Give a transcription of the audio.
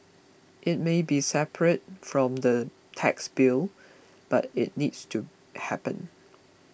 it may be separate from the tax bill but it needs to happen